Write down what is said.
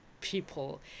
people